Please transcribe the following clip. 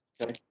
okay